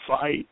fight